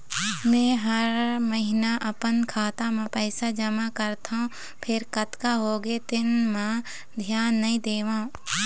मेंहा हर महिना अपन खाता म पइसा जमा करथँव फेर कतका होगे तेन म धियान नइ देवँव